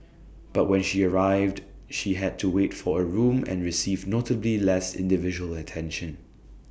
but when she arrived she had to wait for A room and received notably less individual attention